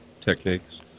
techniques